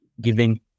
giving